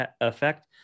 effect